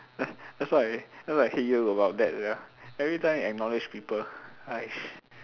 !huh! that's why that's what I hate you about that sia everytime you acknowledge people !hais!